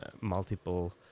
multiple